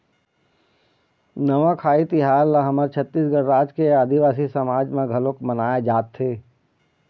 नवाखाई तिहार ल हमर छत्तीसगढ़ राज के आदिवासी समाज म घलोक मनाए जाथे